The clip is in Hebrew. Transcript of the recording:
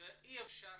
ואי אפשר